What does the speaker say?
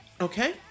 Okay